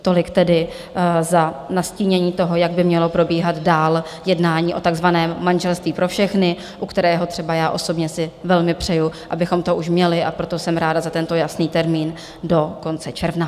Tolik tedy za nastínění toho, jak by mělo probíhat dál jednání o takzvaném manželství pro všechny, u kterého třeba já osobně si velmi přeju, abychom to už měli, a proto jsem ráda za tento jasný termín do konce června.